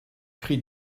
cris